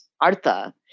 artha